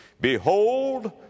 Behold